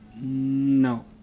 No